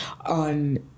on